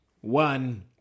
one